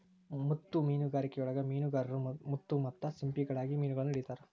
ಮುತ್ತು ಮೇನುಗಾರಿಕೆಯೊಳಗ ಮೇನುಗಾರರು ಮುತ್ತು ಮತ್ತ ಸಿಂಪಿಗಳಿಗಾಗಿ ಮಿನುಗಳನ್ನ ಹಿಡಿತಾರ